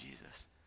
Jesus